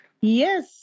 yes